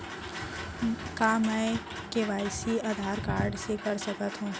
का मैं KYC Aadhaar card से कर सकत हो?